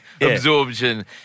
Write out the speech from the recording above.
absorption